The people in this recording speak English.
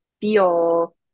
feel